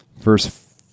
Verse